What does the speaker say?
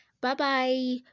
Bye-bye